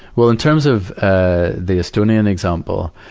well, in terms of, ah, the estonian example,